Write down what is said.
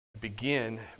begin